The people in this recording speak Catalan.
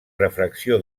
refracció